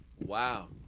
Wow